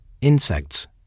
insects